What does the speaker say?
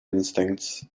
instincts